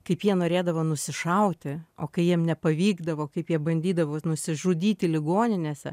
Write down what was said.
kaip jie norėdavo nusišauti o kai jiem nepavykdavo kaip jie bandydavo nusižudyti ligoninėse